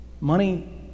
money